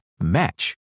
match